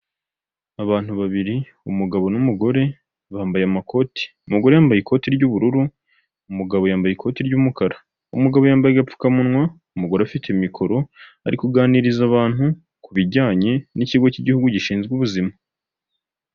Abantu babiri umugabo n'umugore bambaye amakoti, umugore yambaye ikoti ry'ubururu, umugabo yambaye ikoti ry'umukara, umugabo yambaye agapfukamunwa. Umugore ufite mikoro ariko aganiriza abantu ku bijyanye n'ikigo cy'igihugu gishinzwe ubuzima.